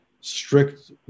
strict